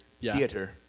theater